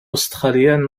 australienne